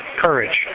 courage